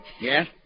Yes